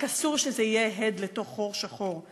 רק אסור שזה יהיה הד לתוך חור שחור,